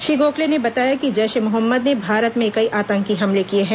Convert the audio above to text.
श्री गोखले ने बताया कि जैश ए मोहम्मद ने भारत में कई आतंकी हमले किए हैं